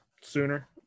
sooner